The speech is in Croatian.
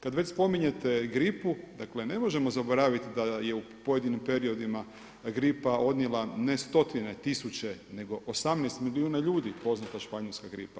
Kada već spominjete gripu, dakle ne možemo zaboraviti da je u pojedinim periodima gripa odnijela ne stotine tisuće nego 18 milijuna ljudi poznata španjolska gripa.